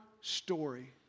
story